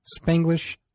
Spanglish